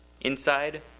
inside